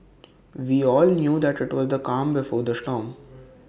we all knew that IT was the calm before the storm